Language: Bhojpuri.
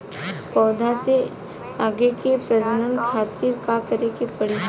पौधा से आगे के प्रजनन खातिर का करे के पड़ी?